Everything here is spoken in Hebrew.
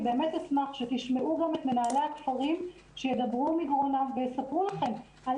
אני באמת אשמח שתשמעו גם את מנהלי הכפרים שידברו מגרונם ויספרו לכם על